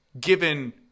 given